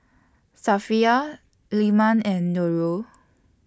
Safiya Leman and Nurul